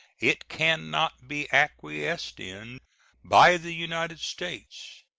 it can not be acquiesced in by the united states.